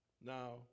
Now